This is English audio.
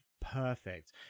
perfect